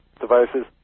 devices